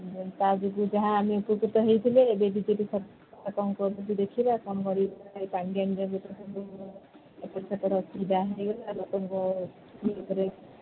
ଜନତା ବିଜୁ ଯାହା ଆମେ ଉପକୃତ ହେଇଥିଲେ ଏବେ ବିଜେପି ସରକାରଙ୍କୁ ଯଦି ଦେଖିବା ତାଙ୍କ ପାଣ୍ଡିଆନ୍ ଯୋଗୁ ଏପଟ ସେପଟ ଅସୁବିଧା ହେଇଗଲା ଲୋକଙ୍କ ଇଏ ଉପରେ